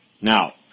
Now